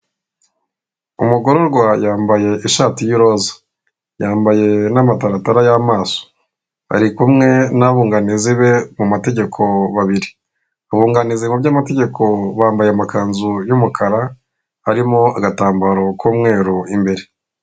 Umugororwa yambaye ishati y' iroza. Yambaye n'amatararatara y'amaso. Ari kumwe n'abunganizi be mu mategeko babiri. Abunganizi mu by'amategeko bambaye amakanzu y'umukara, harimo agatambaro k'umweru imbere.